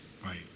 Right